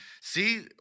See